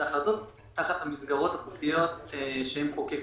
ההחלטות תחת המסגרות החוקיות שהם חוקקו.